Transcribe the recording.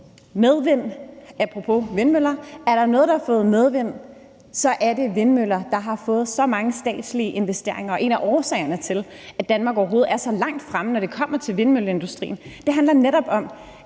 virker, er vindmøller; er der noget, der har fået medvind, apropos vindmøller, er det vindmøller, der har fået så mange statslige investeringer. En af årsagerne til, at Danmark overhovedet er så langt fremme, når det kommer til vindmølleindustrien, er netop,